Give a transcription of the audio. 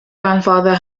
grandfather